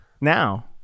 now